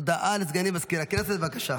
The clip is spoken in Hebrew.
הודעה לסגנית מזכיר הכנסת, בבקשה.